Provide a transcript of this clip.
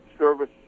service